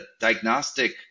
diagnostic